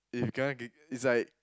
if you cannot get is like